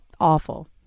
awful